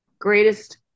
greatest